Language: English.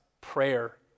prayer